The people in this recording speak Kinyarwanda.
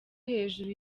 hejuru